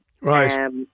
Right